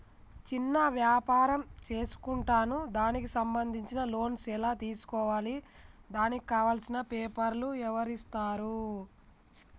చిన్న వ్యాపారం చేసుకుంటాను దానికి సంబంధించిన లోన్స్ ఎలా తెలుసుకోవాలి దానికి కావాల్సిన పేపర్లు ఎవరిస్తారు?